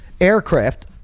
aircraft